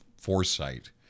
foresight